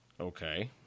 Okay